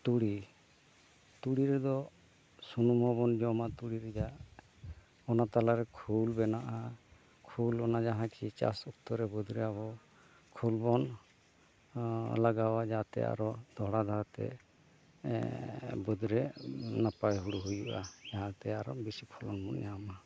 ᱛᱩᱲᱤ ᱛᱩᱲᱤ ᱨᱮᱫᱚ ᱥᱩᱱᱩᱢ ᱦᱚᱸᱵᱚᱱ ᱡᱚᱢᱟ ᱴᱩᱲᱤ ᱨᱮᱭᱟᱜ ᱚᱱᱟ ᱛᱟᱞᱟᱨᱮ ᱠᱷᱩᱞ ᱵᱮᱱᱟᱜᱼᱟ ᱠᱷᱩᱞ ᱚᱱᱟ ᱡᱟᱦᱟᱸ ᱠᱤ ᱪᱟᱥ ᱚᱠᱛᱚᱨᱮ ᱵᱟᱹᱫᱽᱨᱮ ᱟᱵᱚ ᱠᱷᱩᱞ ᱵᱚᱱ ᱞᱟᱜᱟᱣᱟ ᱡᱟᱛᱮ ᱟᱨᱚ ᱫᱚᱦᱲᱟ ᱫᱷᱟᱣ ᱛᱮ ᱵᱟᱹᱫᱽᱨᱮ ᱱᱟᱯᱟᱭ ᱦᱳᱲᱳ ᱦᱩᱭᱩᱜᱼᱟ ᱡᱟᱦᱟᱛᱮ ᱟᱨᱚ ᱵᱤᱥᱤ ᱯᱷᱚᱞᱚᱱ ᱵᱚᱱ ᱧᱟᱢᱟ